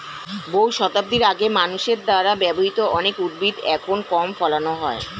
বহু শতাব্দী আগে মানুষের দ্বারা ব্যবহৃত অনেক উদ্ভিদ এখন কম ফলানো হয়